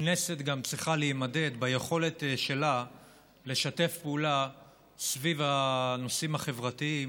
כנסת צריכה להימדד גם ביכולת שלה לשתף פעולה סביב הנושאים החברתיים,